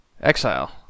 exile